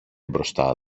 μπροστά